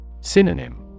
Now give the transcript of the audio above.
Synonym